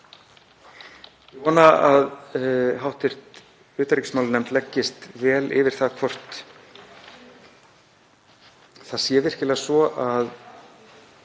Ég vona að hv. utanríkismálanefnd leggist vel yfir það hvort það sé virkilega svo að